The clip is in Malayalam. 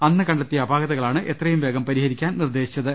അന്ന് കണ്ടെത്തിയ അപാകതകളാണ് എത്രയും വേഗം പരിഹരിക്കാൻ നിർദ്ദേശിച്ചത്